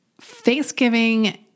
Thanksgiving